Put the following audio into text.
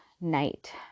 night